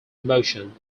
motion